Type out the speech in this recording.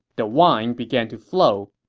the wine began to flow,